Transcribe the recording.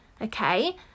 Okay